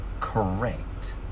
correct